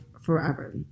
forever